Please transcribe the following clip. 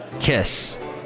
Kiss